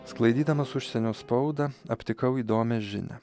sklaidydamas užsienio spaudą aptikau įdomią žinią